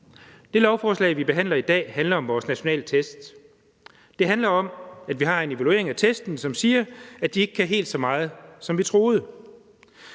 Det lovforslag, vi behandler i dag, handler om vores nationale test. Det handler om, at vi har en evaluering af testen, som siger, at den ikke kan helt så meget, som vi troede.